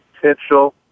potential